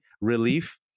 relief